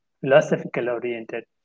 Philosophical-oriented